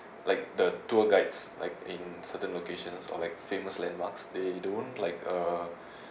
like the tour guides like in certain locations or like famous landmarks they you don't like uh